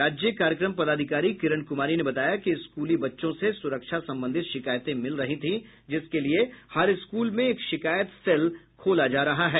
राज्य कार्यक्रम पदाधिकारी किरण कुमारी ने बताया कि स्कूली बच्चों से सुरक्षा संबंधित शिकायत मिल रही थी जिसके लिए हर स्कूल में एक शिकायत सेल खोला जा रहा है